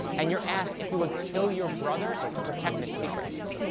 and you're asked if you would kill your brother to protect their secrets.